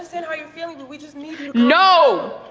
you know you're feeling. we just need you no!